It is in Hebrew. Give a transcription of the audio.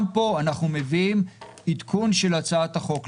גם פה, אנחנו מביאים עדכון של הצעת החוק.